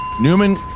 Newman